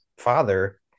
father